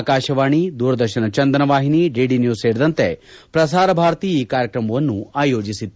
ಆಕಾಶವಾಣಿ ದೂರದರ್ಶನ ಚಂದನವಾಹಿನಿ ಡಿಡಿನ್ಯೂಸ್ ಸೇರಿದಂತೆ ಪ್ರಸಾರ ಭಾರತಿ ಈ ಕಾರ್ಯಕ್ರಮವನ್ನು ಆಯೋಜಿಸಿತ್ತು